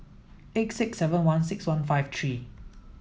eight six seven one six one five three